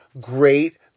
great